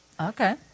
Okay